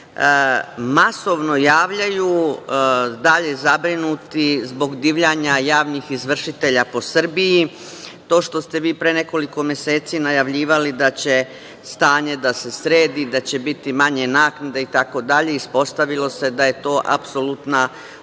masovno javljaju, i dalje zabrinuti zbog divljanja javnih izvršitelja po Srbiji. To što ste vi pre nekoliko meseci najavljivali da će stanje da se sredi, da će biti manje naknade itd. ispostavilo se da je to apsolutno